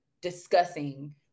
discussing